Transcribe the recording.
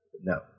no